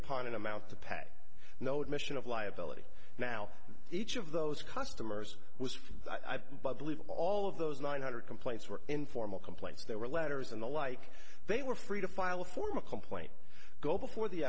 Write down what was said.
upon an amount to pay no admission of liability now each of those customers was i believe all of those nine hundred complaints were informal complaints there were letters and the like they were free to file a formal complaint go before the